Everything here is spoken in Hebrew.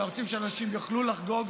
ואנחנו רוצים שאנשים יוכלו לחגוג,